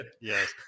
Yes